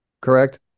correct